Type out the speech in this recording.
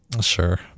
Sure